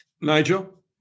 Nigel